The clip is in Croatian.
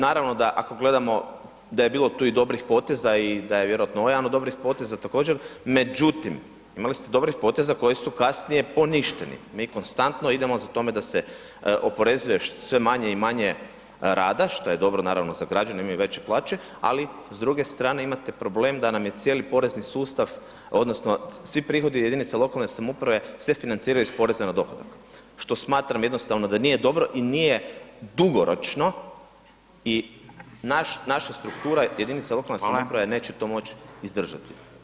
Naravno da ako gledamo da je bilo tu i dobrih poteza i da je vjerojatno i ovo jedan od dobrih poteza također, međutim imali ste dobrih poteza koji su kasnije poništeni, mi konstantno idemo za tome da se oporezuje sve manje i manje rada, šta je dobro za građane, imaju veće plaće, ali s druge strane imate problem da nam je cijeli porezni sustav odnosno svi prihodi jedinica lokalne samouprave se financiraju iz poreza na dohodak, što smatram jednostavno da nije dobro i nije dugoročno i naš, naša struktura jedinica [[Upadica: Fala]] lokalne samouprave neće to moć izdržati.